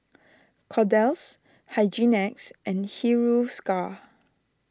Kordel's Hygin X and Hiruscar